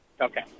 Okay